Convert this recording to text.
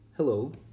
Hello